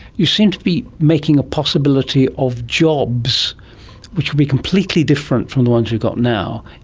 you seem to be making a possibility of jobs which will be completely different from the ones you've got now,